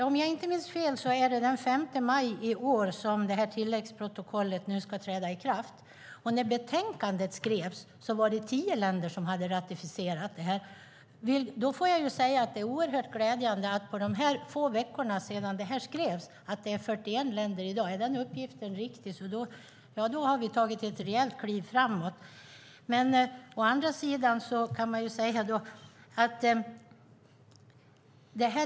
Herr talman! Om jag inte minns fel ska tilläggsprotokollet träda i kraft den 5 maj i år. När betänkandet skrevs hade tio länder ratificerat tilläggsprotokollet. Jag får därför säga att det är oerhört glädjande att på de få veckor från det att betänkandet skrevs antalet länder nu är uppe i 41. Om den uppgiften är riktig har vi tagit ett rejält kliv framåt.